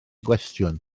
gwestiwn